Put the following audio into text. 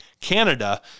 Canada